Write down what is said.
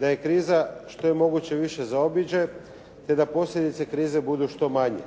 da je kriza što je moguće više zaobiđe te da posljedice krize budu što manje.